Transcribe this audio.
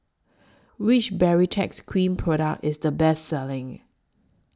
Which Baritex Cream Product IS The Best Selling